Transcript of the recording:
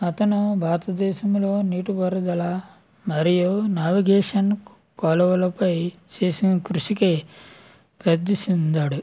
అతను భారతదేశంలో నీటి పారుదల మరియు నావిగేషన్ కొలువలపై చేసిన కృషికి ప్రసిద్ది చెందాడు